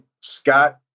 Scott